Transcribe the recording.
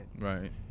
Right